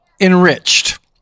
enriched